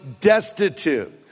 destitute